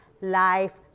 life